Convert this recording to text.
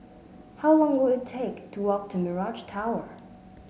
how long will it take to walk to Mirage Tower